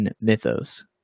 mythos